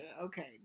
Okay